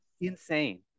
insane